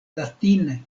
latine